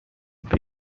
فکر